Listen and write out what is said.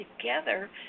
together